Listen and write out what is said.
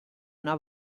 una